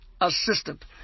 assistant